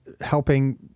helping